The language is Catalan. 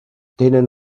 tenen